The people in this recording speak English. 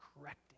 correcting